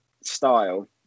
style